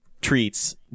treats